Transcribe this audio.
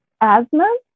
asthma